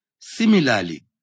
Similarly